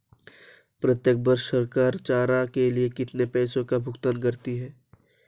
प्रत्येक वर्ष सरकार चारा के लिए कितने पैसों का भुगतान करती है?